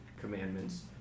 commandments